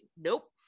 nope